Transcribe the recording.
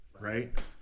right